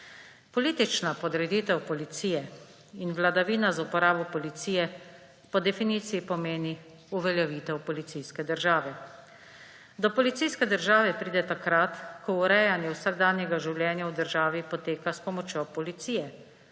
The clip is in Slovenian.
Politična podreditev policije in vladavina z uporabo policije po definiciji pomeni uveljavitev policijske države. Do policijske države pride takrat, ko urejanje vsakdanjega življenja v državi poteka s pomočjo policije,